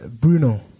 Bruno